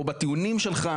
או בטיעונים שלך,